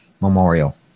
Memorial